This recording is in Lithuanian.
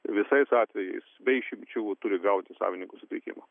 visais atvejais be išimčių turi gauti savininkų sutikimą